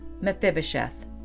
Mephibosheth